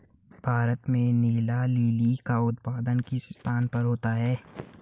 भारत में नीला लिली का उत्पादन किस स्थान पर होता है?